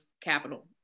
capital